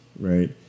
right